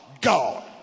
god